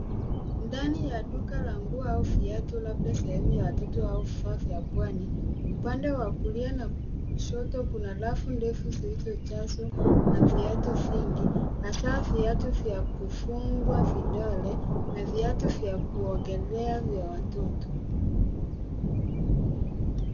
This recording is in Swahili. Ndani ya duka la nguo au viatu labda sehemu ya watoto au vifaa vya pwani. Upande wa kulia na kushoto kuna rafu ndefu zilizojazwa na viatu vingi hasa viatu vya kufungwa vidole na viatu vya kuogelea vya watoto.